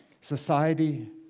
Society